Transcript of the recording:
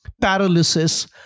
paralysis